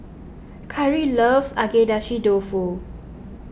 Kyrie loves Agedashi Dofu